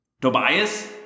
Tobias